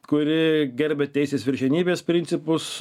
kuri gerbia teisės viršenybės principus